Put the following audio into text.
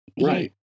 Right